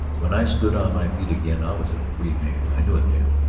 when i stood on my feet again i was a free man. i knew it then,